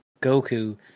Goku